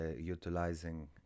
utilizing